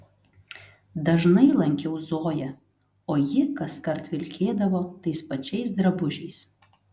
dažnai lankiau zoją o ji kaskart vilkėdavo tais pačiais drabužiais